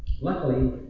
Luckily